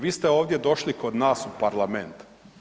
Vi ste ovdje došli kod nas u parlament.